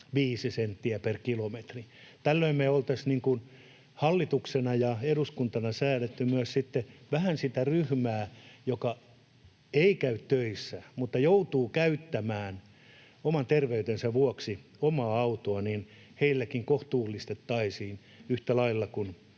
senttiä per kilometri. Tällöin me oltaisiin niin kuin hallituksena ja eduskuntana säädetty myös sitten vähän sille ryhmälle, joka ei käy töissä mutta joutuu käyttämään oman terveytensä vuoksi omaa autoa. Heillekin kohtuullistettaisiin yhtä lailla kuin